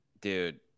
Dude